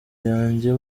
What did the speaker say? yanjye